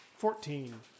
Fourteen